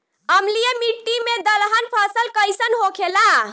अम्लीय मिट्टी मे दलहन फसल कइसन होखेला?